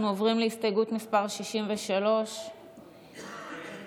אנחנו עוברים להסתייגות מס' 63. הצבעה.